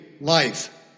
life